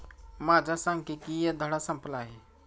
माझा सांख्यिकीय धडा संपला आहे